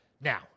Now